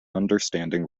understanding